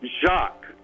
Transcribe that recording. Jacques